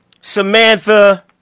samantha